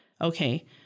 okay